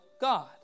God